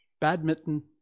badminton